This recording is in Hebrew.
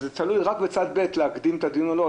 אז זה תלוי רק בצד ב' להקדים את הדיון או לא.